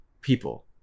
People